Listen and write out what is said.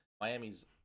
Miami's